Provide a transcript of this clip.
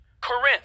Corinth